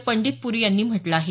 पंडित पुरी यांनी म्हटलं आहे